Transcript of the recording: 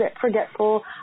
forgetful